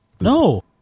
No